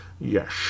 yes